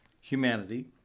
humanity